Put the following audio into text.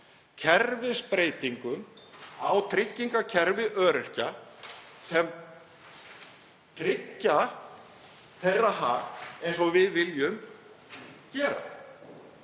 kerfisbreytingum á tryggingakerfi öryrkja sem tryggir hag þeirra eins og við viljum gera.